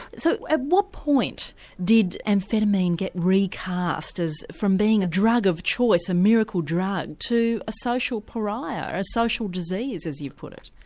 so at what point did amphetamine get recast from being a drug of choice, a miracle drug to a social pariah, a social disease, as you put it?